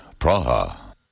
Praha